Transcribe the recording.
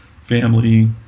family